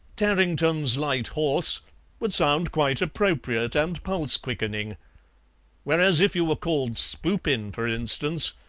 tarrington's light horse would sound quite appropriate and pulse-quickening whereas if you were called spoopin, for instance,